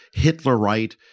Hitlerite